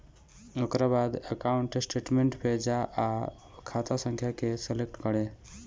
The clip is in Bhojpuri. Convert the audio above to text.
ओकरा बाद अकाउंट स्टेटमेंट पे जा आ खाता संख्या के सलेक्ट करे